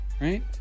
right